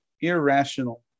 irrational